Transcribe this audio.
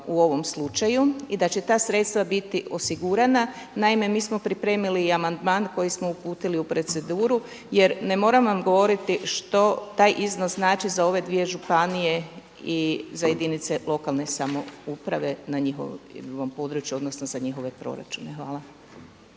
u ovom slučaju i da će ta sredstva biti osigurana. Naime, mi smo pripremili i amandman koji smo uputili u proceduru jer ne moram vam govoriti što taj iznos znači za ove dvije županije i za jedinice lokalne samouprave na njihovom području odnosno za njihove proračune. Hvala.